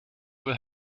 will